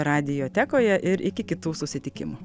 radiotekoje ir iki kitų susitikimų